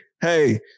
hey